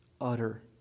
utter